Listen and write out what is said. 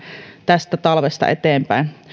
tästä talvesta eteenpäin